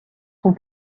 sont